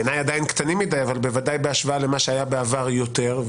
בעיניי עדיין קטנים מדי אבל בוודאי בהשוואה למה שהיה בעבר יותר.